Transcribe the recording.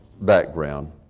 background